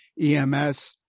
EMS